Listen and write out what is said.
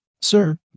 Sir